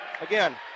again